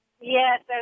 Yes